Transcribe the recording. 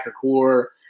core